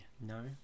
No